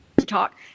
talk